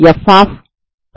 1